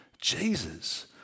Jesus